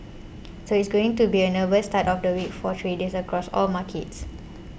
so it's going to be a nervous start to the week for traders across all markets